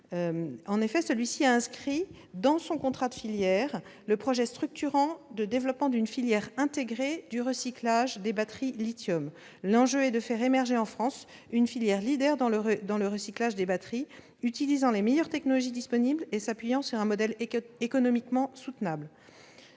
En effet, celui-ci a inscrit dans son contrat de filière le projet structurant de développement d'une filière intégrée du recyclage des batteries lithium. L'enjeu est de faire émerger en France une filière leader dans le recyclage des batteries, utilisant les meilleures technologies disponibles et s'appuyant sur un modèle économiquement soutenable.